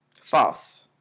False